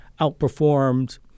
outperformed